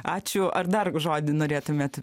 ačiū ar dar žodį norėtumėt